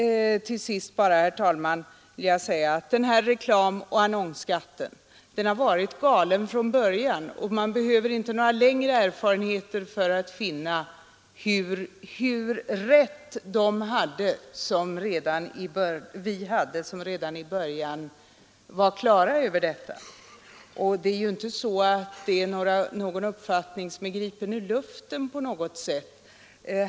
Till sist, herr talman, vill jag säga att reklamoch annonsskatten varit galen från början. Man behöver inte några längre erfarenheter för att finna hur rätt vi hade som redan i början var klara över detta. Det är inte någon uppfattning som på något sätt är gripen ur luften.